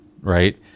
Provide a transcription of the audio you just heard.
right